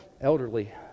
elderly